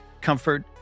comfort